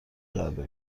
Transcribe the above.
کرده